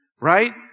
right